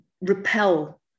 repel